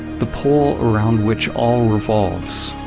the pole around which all revolves.